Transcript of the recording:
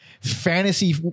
fantasy